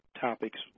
topics